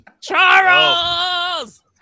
Charles